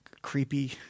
creepy